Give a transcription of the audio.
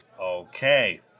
Okay